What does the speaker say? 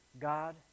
God